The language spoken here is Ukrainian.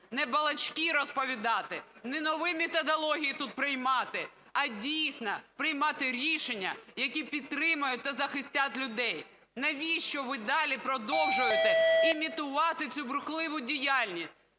не балачки розповідати, не нові методології тут приймати, а дійсно приймати рішення, які підтримають та захистять людей. Навіщо ви далі продовжуєте імітувати цю бурхливу діяльність?